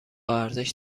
ارزش